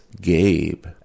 Gabe